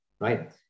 right